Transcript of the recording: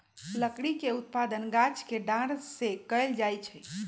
लकड़ी के उत्पादन गाछ के डार के कएल जाइ छइ